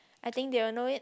I think they will know it